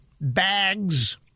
bags